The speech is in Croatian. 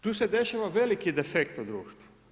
Tu se dešava veliki defekt u društvu.